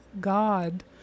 God